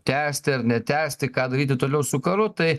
tęsti ar netęsti ką daryti toliau su karu tai